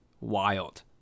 wild